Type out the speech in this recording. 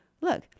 look